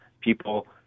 people